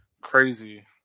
crazy